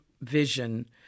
vision